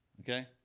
okay